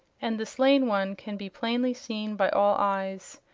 and the slain one can be plainly seen by all eyes.